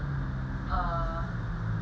ah